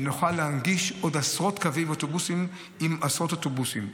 לכך שנוכל להנגיש עוד עשרות קווי אוטובוסים עם עשרות אוטובוסים.